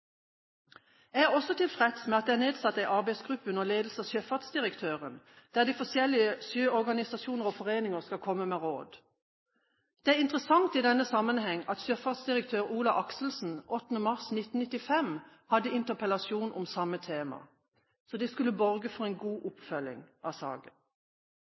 Jeg er også tilfreds med at det er nedsatt en arbeidsgruppe under ledelse av sjøfartsdirektøren der de forskjellige sjøorganisasjoner og foreninger skal komme med råd. Det er interessant i denne sammenheng at sjøfartsdirektør Olav Akselsen 8. mars 1996 hadde interpellasjon om samme tema. Det skulle borge for god oppfølging av saken.